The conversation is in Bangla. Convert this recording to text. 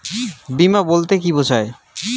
বিমা বলতে কি বোঝায়?